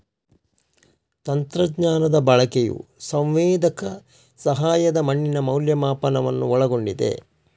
ತಂತ್ರಜ್ಞಾನದ ಬಳಕೆಯು ಸಂವೇದಕ ಸಹಾಯದ ಮಣ್ಣಿನ ಮೌಲ್ಯಮಾಪನವನ್ನು ಒಳಗೊಂಡಿದೆ